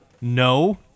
no